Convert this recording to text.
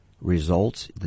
results